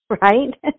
right